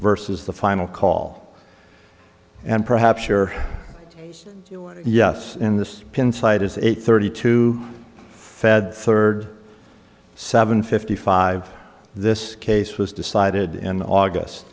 versus the final call and perhaps your yes in this insight is eight thirty two fed third seven fifty five this case was decided in august